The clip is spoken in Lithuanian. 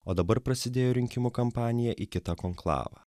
o dabar prasidėjo rinkimų kampanija į kitą konklavą